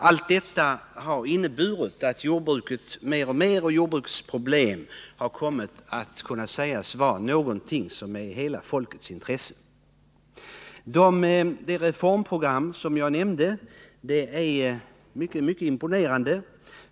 Allt detta har inneburit att jordbruket och jordbrukets problem kan sägas vara ett hela folkets intresse. Det reformprogram som jag nämnde är mycket imponerande.